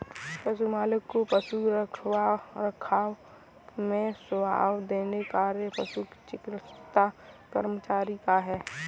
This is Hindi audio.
पशु मालिक को पशु रखरखाव में सुझाव देने का कार्य पशु चिकित्सा कर्मचारी का है